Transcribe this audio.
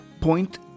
point